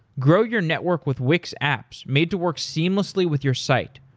grow your network with wix apps made to work seamlessly with your site.